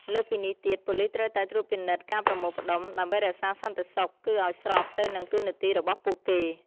លើសពីនេះទៀត ប៉ូលីសត្រូវតែត្រួតពិនិត្យការប្រមូលផ្ដុំ ដើម្បីរក្សាសន្តិសុខ គឺឲ្យស្របទៅនឹងតួនាទីរបស់ពួកគេ។